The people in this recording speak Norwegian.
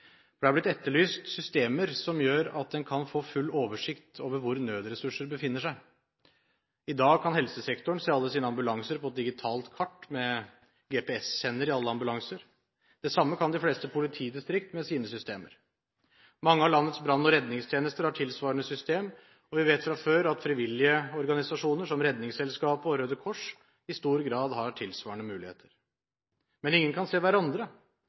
det er blitt etterlyst systemer som gjør at en kan få full oversikt over hvor nødressursene befinner seg. I dag kan helsesektoren se alle sine ambulanser på et digitalt kart – med GPS-sender i alle ambulanser. Det samme kan de fleste politidistrikt med sine systemer. Mange av landets brann- og redningstjenester har tilsvarende system, og vi vet fra før at frivillige organisasjoner som Redningsselskapet og Røde Kors i stor grad har tilsvarende muligheter. Men ingen kan se hverandre.